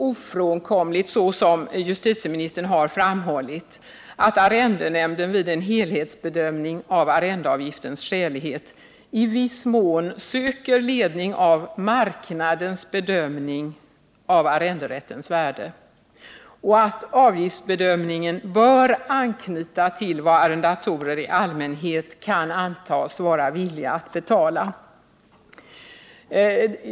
ofrånkomligt, som justitieministern har framhållit, att arrendenämnden vid en helhetsbedömning av arrendeavgiftens skälighet i viss mån söker ledning i marknadens bedömning av arrenderättens värde? Avgiftsbedömningen bör då anknyta till vad arrendatorer i allmänhet kan antas vara villiga att betala.